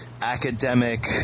academic